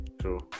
true